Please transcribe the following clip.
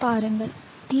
பாருங்கள் பி